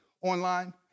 online